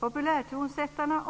Populärtonsättarna